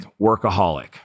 workaholic